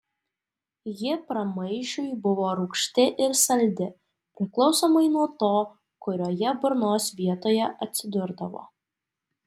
ji pramaišiui buvo rūgšti ir saldi priklausomai nuo to kurioje burnos vietoje atsidurdavo